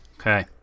Okay